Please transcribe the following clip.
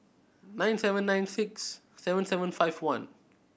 nine seven nine six seven seven five one